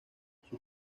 sus